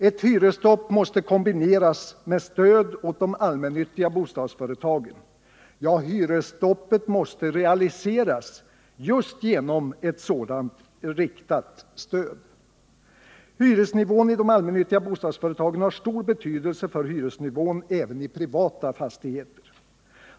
Ett hyresstopp måste kombineras med stöd åt de allmännyttiga bostadsföretagen, ja hyresstoppet måste realiseras just genom ett sådant riktat stöd. Hyresnivån i de allmännyttiga bostadsföretagen har stor betydelse för hyresnivån även i privata fastigheter.